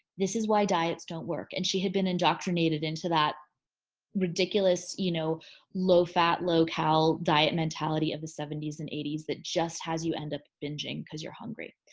this is why diets don't work and she had been indoctrinated into that ridiculous you know low-fat, low-calorie diet mentality of the seventy s and eighty s that just has you end up binging cause you're hungry.